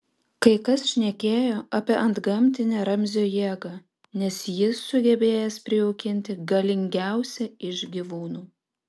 kai kas šnekėjo apie antgamtinę ramzio jėgą nes jis sugebėjęs prijaukinti galingiausią iš gyvūnų